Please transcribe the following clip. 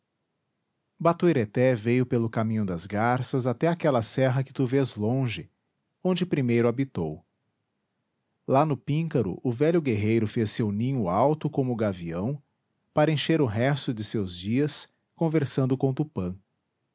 batuireté veio pelo caminho das garças até aquela serra que tu vês longe onde primeiro habitou lá no píncaro o velho guerreiro fez seu ninho alto como o gavião para encher o resto de seus dias conversando com tupã